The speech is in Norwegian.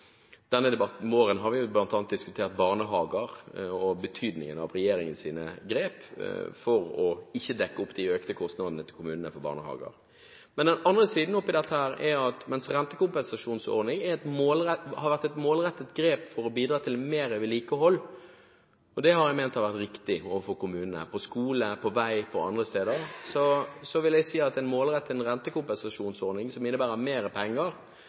Denne våren har vi bl.a. diskutert barnehager og betydningen av regjeringens grep for ikke å dekke opp de økte kostnadene til kommunene for barnehager. Den andre siden av dette er at rentekompensasjonsordning har vært et målrettet grep for å bidra til mer vedlikehold – og det har jeg ment har vært riktig overfor kommunene, på skole, på vei og andre steder. Men jeg vil jeg si at en målrettet rentekompensasjonsordning som innebærer mer penger